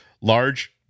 large